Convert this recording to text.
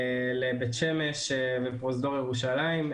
לבית שמש ופרוזדור ירושלים,